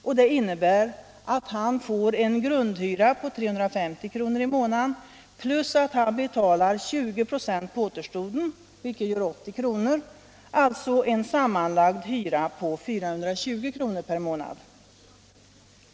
Och det innebär att han får en grundhyra på 350 kr. i månaden samt att han betalar 20 96 på återstoden, vilket gör 70 kr. — alltså en sammanlagd hyra på 420 kr. per månad.